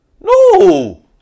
No